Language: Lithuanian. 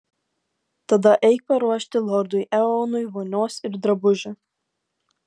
tada eik paruošti lordui eonui vonios ir drabužių